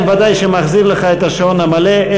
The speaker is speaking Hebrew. אני בוודאי מחזיר לך את השעון המלא,